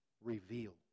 reveal